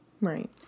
Right